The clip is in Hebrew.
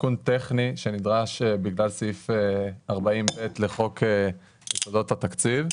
תיקון טכני שנדרש בגלל סעיף 40/ב לחוק יסודות התקציב.